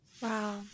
Wow